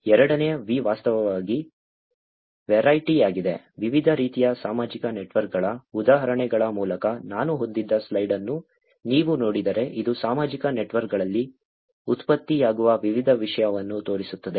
ಎರಡನೇ V ವಾಸ್ತವವಾಗಿ ವೆರೈಟಿಯಾಗಿದೆ ವಿವಿಧ ರೀತಿಯ ಸಾಮಾಜಿಕ ನೆಟ್ವರ್ಕ್ಗಳ ಉದಾಹರಣೆಗಳ ಮೂಲಕ ನಾನು ಹೊಂದಿದ್ದ ಸ್ಲೈಡ್ ಅನ್ನು ನೀವು ನೋಡಿದರೆ ಇದು ಸಾಮಾಜಿಕ ನೆಟ್ವರ್ಕ್ಗಳಲ್ಲಿ ಉತ್ಪತ್ತಿಯಾಗುವ ವಿವಿಧ ವಿಷಯವನ್ನು ತೋರಿಸುತ್ತದೆ